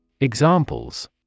Examples